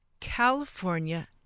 California